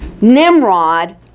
Nimrod